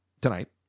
Tonight